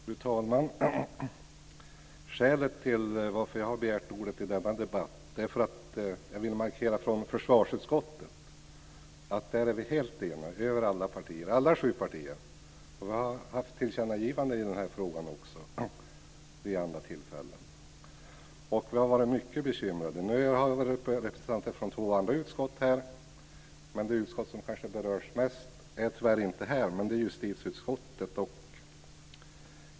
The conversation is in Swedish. Fru talman! Skälet till att jag har begärt ordet i denna debatt är att jag vill markera att vi i försvarsutskottet är helt eniga, alla sju partier. Vi har haft tillkännagivande i den här frågan också, vid andra tillfällen, och vi har varit mycket bekymrade. Nu har det varit uppe representanter för två andra utskott. Tyvärr finns det inte någon här från det utskott som kanske berörs mest, men det är justitieutskottet.